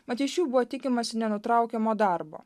mat iš jų buvo tikimasi nenutraukiamo darbo